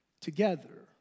together